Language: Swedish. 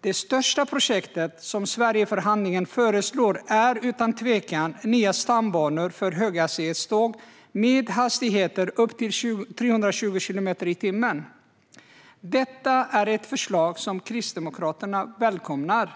Det största projektet som Sverigeförhandlingen föreslår är utan tvekan nya stambanor för höghastighetståg med hastigheter upp till 320 kilometer per timme. Detta är ett förslag som Kristdemokraterna välkomnar.